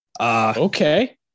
Okay